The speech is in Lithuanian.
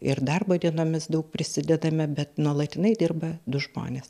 ir darbo dienomis daug prisidedame bet nuolatinai dirba du žmonės